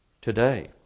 today